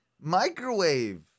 Microwave